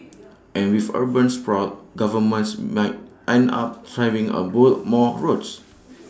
and with urban sprawl governments might end up having A build more roads